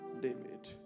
David